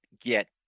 get